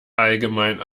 allgemein